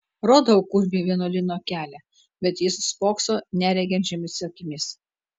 rodau kurmiui vienuolyno kelią bet jis spokso nereginčiomis akimis